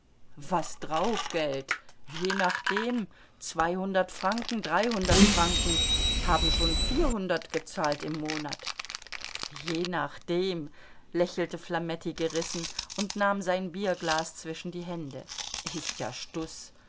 was draufgeld je nachdem zweihundert franken dreihundert franken haben schon vierhundert gezahlt im monat je nachdem lächelte flametti gerissen und nahm sein bierglas zwischen die hände ist ja